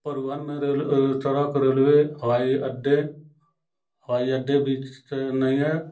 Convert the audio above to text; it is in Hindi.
परिवहन में रेल सड़क रेलवे हवाई अड्डे हवाई अड्डे भी विकसित नहीं हैं